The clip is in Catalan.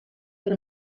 per